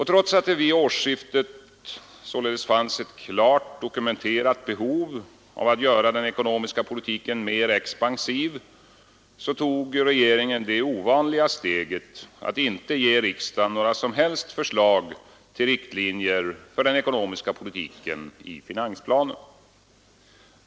Trots att det vid årsskiftet således fanns ett klart dokumenterat behov av att göra den ekonomiska politiken mera expansiv, tog regeringen det ovanliga steget att i finansplanen inte ge riksdagen några som helst förslag till riktlinjer för den ekonomiska politiken.